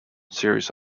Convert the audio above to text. series